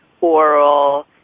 oral